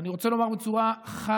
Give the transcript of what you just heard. אני רוצה לומר בצורה חד-משמעית: